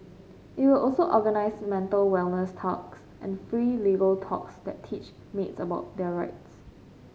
it will also organise mental wellness talks and free legal talks that teach maids about their rights